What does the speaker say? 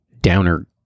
Downer